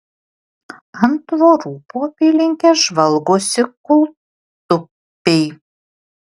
ant tvorų po apylinkes žvalgosi kūltupiai